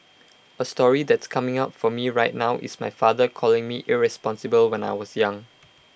A story that's coming up for me right now is my father calling me irresponsible when I was young